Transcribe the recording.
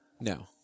No